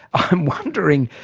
i'm wondering,